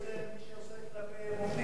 כלפי עובדים,